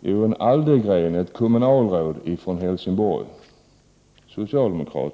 Jo, Aldegren, ett kommunalråd från Helsingborg, socialdemokrat.